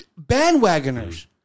bandwagoners